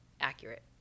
accurate